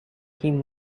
him